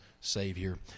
savior